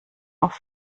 auf